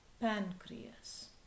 pancreas